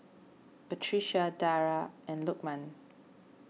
Batrisya Dara and Lukman